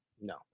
No